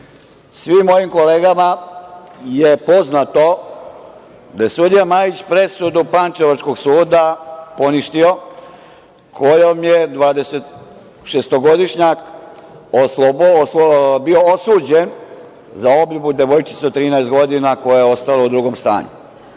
mojim kolegama je poznato da je sudija Majić presudu Pančevačkog suda poništio, kojom je dvadestšestogodišnjak bio osuđen za obljubu devojčice od 13 godina koja je ostala u drugom stanju,